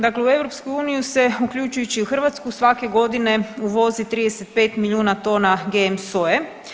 Dakle u EU se uključujući i u Hrvatsku svake godine uvozi 35 milijuna tona GM soje.